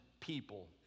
people